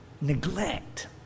neglect